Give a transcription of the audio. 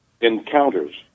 encounters